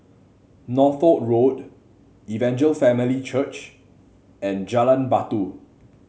Northolt Road Evangel Family Church and Jalan Batu